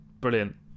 brilliant